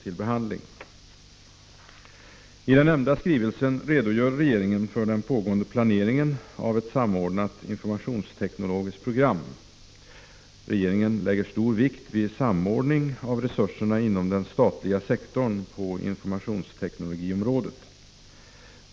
I den nämnda skrivelsen redogör regeringen för den pågående planeringen av ett samordnat informationsteknologiskt program. Regeringen lägger stor vikt vid samordning av resurserna inom den statliga sektorn på informationsteknologiområdet.